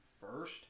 first